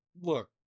Look